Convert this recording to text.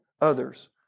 others